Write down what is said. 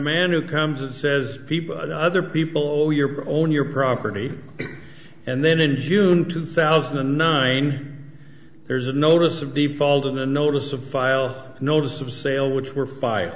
man who comes and says people other people owe your own your property and then in june two thousand and nine there's a notice of default in the notice of file notice of sale which were fi